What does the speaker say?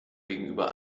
gegenüber